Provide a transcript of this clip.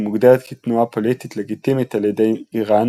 היא מוגדרת כתנועה פוליטית לגיטימית על ידי איראן,